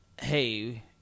Hey